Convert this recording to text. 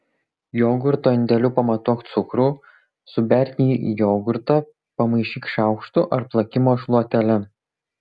jogurto indeliu pamatuok cukrų suberk jį į jogurtą pamaišyk šaukštu ar plakimo šluotele